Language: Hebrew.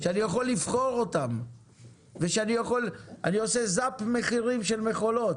שאני יכול לבחור אותן ואני עושה זאפ מחירים של מכולות.